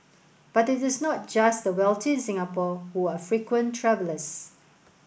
but it is not just the wealthy in Singapore who are frequent travellers